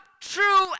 true